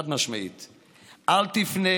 חד-משמעית: אל תפנו